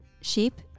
sheep